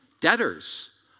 debtors